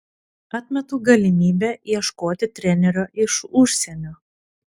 atmetu galimybę ieškoti trenerio iš užsienio